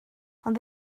ond